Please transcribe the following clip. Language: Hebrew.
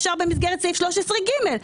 אפשר במסגרת סעיף 13(ג).